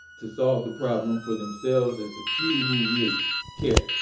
to solve the problem for themselves as the few who really care.